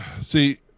See